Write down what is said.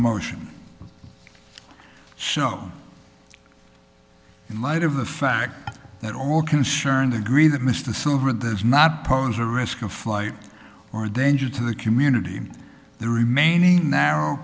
motion so in light of the fact that all concerned agree that mr silver there's not pose a risk of flight or danger to the community the remaining narrow